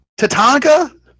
Tatanka